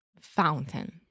fountain